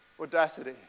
Audacity